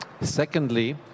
secondly